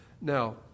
Now